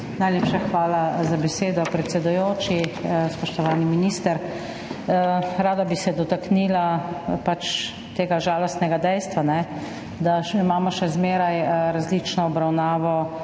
Najlepša hvala za besedo, predsedujoči. Spoštovani minister! Rada bi se dotaknila pač tega žalostnega dejstva, da imamo še zmeraj različno obravnavo,